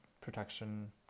protection